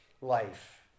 life